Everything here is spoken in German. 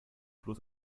bloß